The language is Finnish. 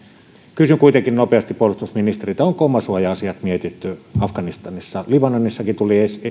kysyn kuitenkin nopeasti puolustusministeriltä onko omasuoja asiat mietitty afganistanissa libanonissakin tuli